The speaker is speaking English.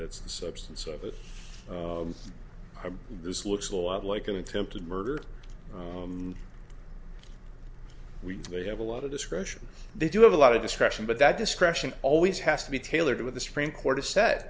that's the substance of it this looks a lot like an attempted murder we have a lot of discretion they do have a lot of discretion but that discretion always has to be tailored with the supreme court has s